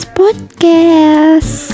podcast